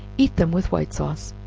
eat them with white sauce.